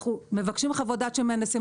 אנחנו מבקשים חוות דעת של מהנדסים,